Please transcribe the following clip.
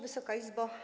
Wysoka Izbo!